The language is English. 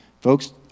Folks